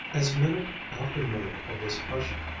as minute after minute of this hushed,